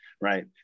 right